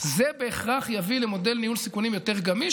זה בהכרח יביא למודל ניהול סיכונים יותר גמיש,